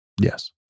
Yes